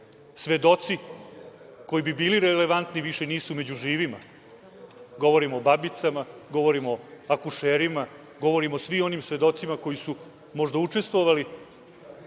svedoci koji bi bili relevantni više nisu među živima, govorim o babicama, govorim o akušerima, govorim o svim onim svedocima koji su možda učestvovali